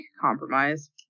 compromise